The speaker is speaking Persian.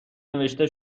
نوشته